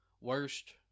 worst